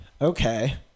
Okay